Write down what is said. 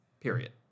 Period